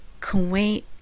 Kuwait